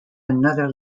another